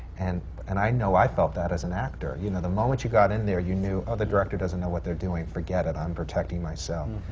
and and i know i felt that as an actor. you know, the moment, you got in there, you knew, oh, the director doesn't know what they're doing. forget it, i'm protecting myself.